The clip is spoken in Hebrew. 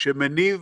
שמניב